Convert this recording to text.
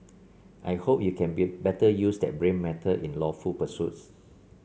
I hope you can better use that brain matter in lawful pursuits